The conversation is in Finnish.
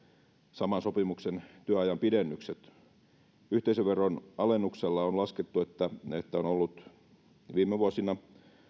saman sopimuksen työajan pidennykset yhteisöveron alennuksesta on laskettu että on ollut viime vuosina